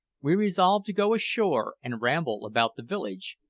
we resolved to go ashore and ramble about the village,